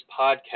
Podcast